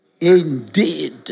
indeed